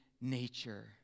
nature